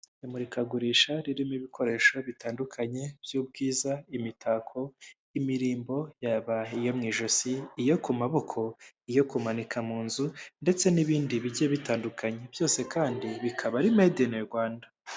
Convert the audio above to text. Imurikagurisha ririmo ibikoresho bitandukanye by'ubwiza imitako imirimbo yaba iyo mu ijosi iyo ku maboko iyo kumanika mu nzu ndetse n'ibindi bijye bitandukanye byose kandi bikaba ari made in Rwanda.